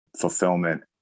fulfillment